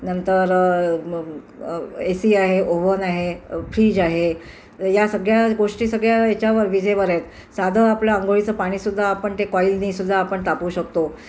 नंतर मम AC C आहे ओव्हन आहे फ्रिज आहे या सगळ्या गोष्टी सगळ्या याच्यावर विजेवर आहेत साधं आपलं आंघोळीचं पाणीसुद्धा आपण ते कॉईलनी सुद्धा आपण तापवू शकतो